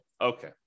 Okay